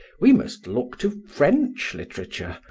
we must look to french literature,